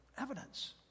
evidence